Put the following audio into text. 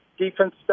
Defense